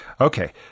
Okay